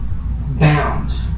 bound